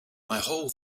whole